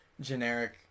generic